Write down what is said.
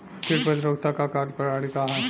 कीट प्रतिरोधकता क कार्य प्रणाली का ह?